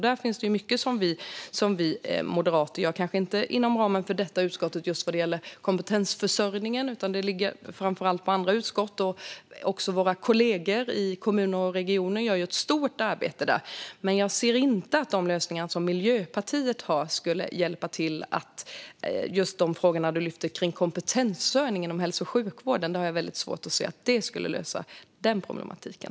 Där finns det mycket som Moderaterna gör. När det gäller kompetensförsörjningen gör Moderaterna det kanske inte inom ramen för detta utskott, utan det ligger framför allt på andra utskott. Där gör också våra kollegor i kommuner och regioner ett stort arbete, men jag ser inte att Miljöpartiets lösningar skulle hjälpa när det gäller frågorna kring kompetensförsörjningen i hälso och sjukvården. Jag har väldigt svårt att se att det skulle lösa den problematiken.